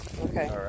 Okay